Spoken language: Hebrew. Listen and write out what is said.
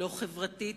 לא חברתית,